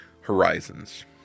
Horizons